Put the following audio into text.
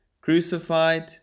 crucified